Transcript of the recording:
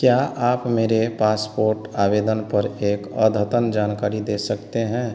क्या आप मेरे पासपोर्ट आवेदन पर एक अद्यतन जानकारी दे सकते हैं